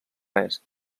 res